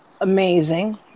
amazing